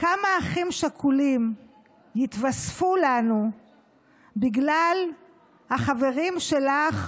כמה אחים שכולים התווספו לנו בגלל החברים שלך,